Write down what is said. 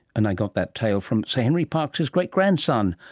and i got that tale from sir henry parkes's great-grandson,